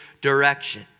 direction